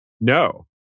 No